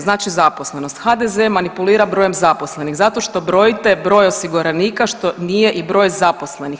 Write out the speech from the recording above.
Znači zaposlenost, HDZ manipulira brojem zaposlenih zato što brojite broj osiguranika što nije i broj zaposlenih.